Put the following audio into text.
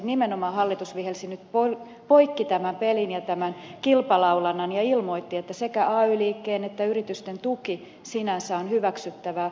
nimenomaan hallitus vihelsi nyt poikki tämän pelin ja tämän kilpalaulannan ja ilmoitti että sekä ay liikkeen että yritysten tuki on sinänsä hyväksyttävää